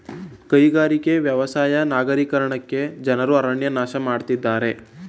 ಕೈಗಾರಿಕೆ, ವ್ಯವಸಾಯ ನಗರೀಕರಣಕ್ಕೆ ಜನರು ಅರಣ್ಯ ನಾಶ ಮಾಡತ್ತಿದ್ದಾರೆ